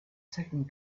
second